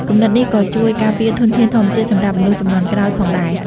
គំនិតនេះក៏ជួយការពារធនធានធម្មជាតិសម្រាប់មនុស្សជំនាន់ក្រោយផងដែរ។